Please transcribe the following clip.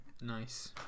Nice